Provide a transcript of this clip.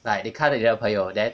like 你看到你的朋友 then